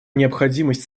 необходимость